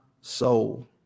soul